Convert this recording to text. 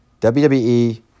WWE